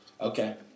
Okay